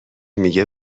میگه